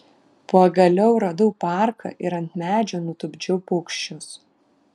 pagaliau radau parką ir ant medžio nutupdžiau paukščius